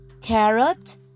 Carrot